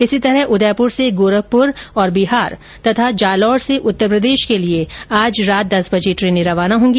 इसी तरह उदयपुर से गौरखपुर और बिहार और जालोर से उत्तरप्रदेश के लिए आज रात दस बजे ट्रेन रवाना होगी